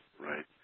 right